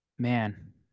Man